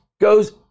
goes